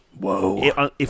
Whoa